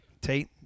Tate